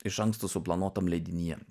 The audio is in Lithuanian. iš anksto suplanuotam leidinyje